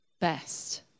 best